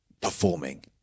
performing